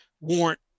warrant